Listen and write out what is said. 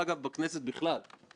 שניהלה פה באמת ביד רמה,